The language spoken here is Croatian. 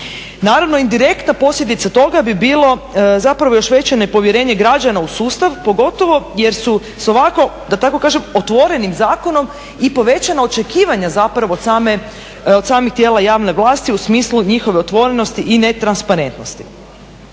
Naravno, indirektna posljedica toga bi bilo zapravo još veće nepovjerenje građana u sustav pogotovo jer su s ovako da tako kažem otvorenim zakonom i povećana očekivanja zapravo od samih tijela javne vlasti u smislu njihove otvorenosti i netransparentnosti.